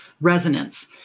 resonance